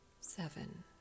Seven